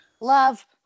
Love